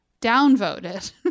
downvoted